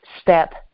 step